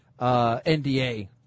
NDA